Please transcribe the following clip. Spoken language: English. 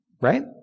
right